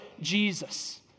Jesus